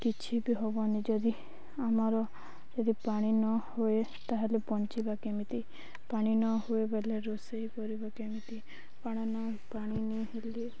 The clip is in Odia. କିଛି ବି ହେବନି ଯଦି ଆମର ଯଦି ପାଣି ନ ହୁଏ ତା'ହେଲେ ବଞ୍ଚିବା କେମିତି ପାଣି ନ ହୁଏ ବଲେ ରୋଷେଇ କରିବା କେମିତି ପାଣି ନ ହେଲେ